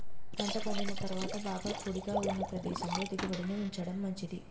పంట పండిన తరువాత బాగా పొడిగా ఉన్న ప్రదేశంలో దిగుబడిని ఉంచడం మంచిది